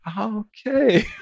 okay